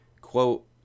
quote